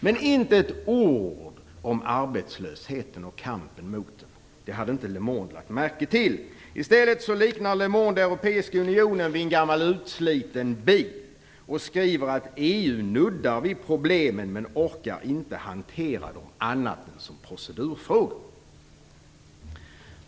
Men inte ett ord nämndes om arbetslösheten och kampen mot den. Denna fråga hade inte Le Monde lagt märke till. I stället liknade Le Monde Europeiska unionen vid en gammal utsliten bil och skrev att EU snuddar vid problemen men inte orkar hantera dem på annat sätt än som procedurfrågor.